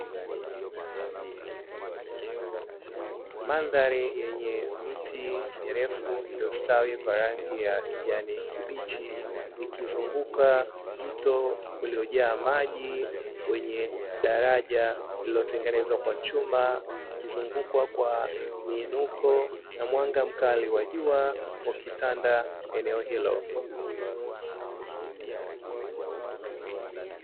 Mandhari yenye miti mirefu iliyostawi kwa rangi ya kijani kibichi, ikizunguka mto uliojaa maji wenye daraja lililotengenezwa kwa chuma ikizungukwa kwa miinuko, na mwanga mkali wa jua ukitanda eneo hilo.